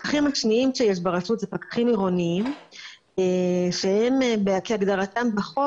הפקחים השניים שיש ברשות זה פקחים עירוניים שהם על פי הגדרתם בחוק